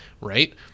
Right